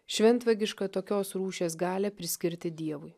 šventvagiška tokios rūšies galią priskirti dievui